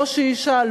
לא שהיא אישה,